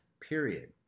period